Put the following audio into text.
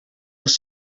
als